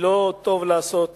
לא טוב לעשות